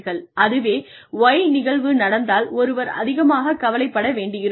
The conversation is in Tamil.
அதுவே Y நிகழ்வு நடந்தால் ஒருவர் அதிகமாகக் கவலைப்பட வேண்டியிருக்கும்